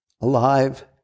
Alive